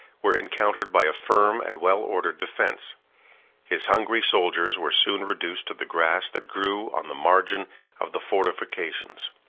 were encountered by a firm and well-ordered defence his hungry soldiers were soon reduced to the grass that grew on the margin of the fortifications